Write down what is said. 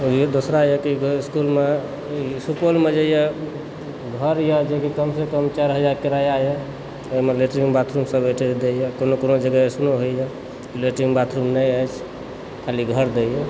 ओहि दूसरा सुपौलमे जे यऽ घर यऽ जेकि कमसँ कम चारि हजार किराया यऽ एहिमे लैट्रिन बाथरूम सब एटैच दए यऽ कोनो कोनो जगह होइए लैट्रिन बाथरूम नहि अछि खाली घर दैए